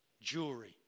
jewelry